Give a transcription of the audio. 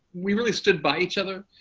we really stood by each other.